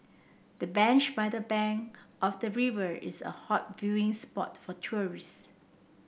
the bench by the bank of the river is a hot viewing spot for tourists